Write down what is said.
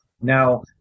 Now